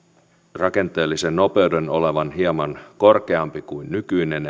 rakenteellisen nopeuden olevan hieman korkeampi kuin nykyinen